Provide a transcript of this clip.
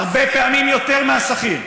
הרבה פעמים יותר מהשכיר.